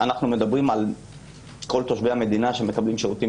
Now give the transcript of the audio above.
אנו מדברים על כל תושבי המדינה שמקבלים שירותים